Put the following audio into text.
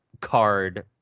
card